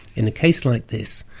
in a case like this,